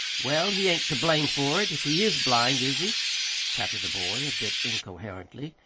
well, he ain't to blame for it, if he is blind, is he? chattered the boy, a bit incoherently.